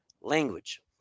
language